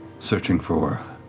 searching for